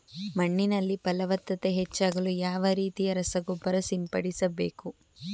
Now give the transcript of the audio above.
ಮಣ್ಣಿನಲ್ಲಿ ಫಲವತ್ತತೆ ಹೆಚ್ಚಾಗಲು ಯಾವ ರೀತಿಯ ರಸಗೊಬ್ಬರ ಸಿಂಪಡಿಸಬೇಕು?